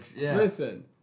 Listen